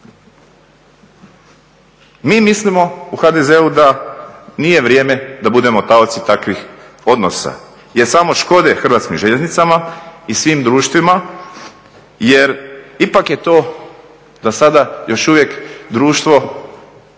Mi mislimo u HDZ-u da nije vrijeme da budemo taoci takvih odnosa jer samo škode Hrvatskim željeznicama i svim društvima jer ipak je to za sada još uvijek društvo